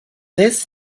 this